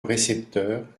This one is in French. récepteur